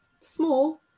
small